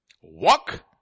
Walk